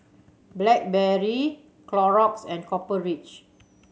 Blackberry Clorox and Copper Ridge